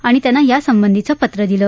आणि त्यांना यासंबंधीचं पत्र दिलं